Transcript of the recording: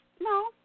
no